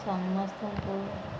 ସମସ୍ତଙ୍କୁ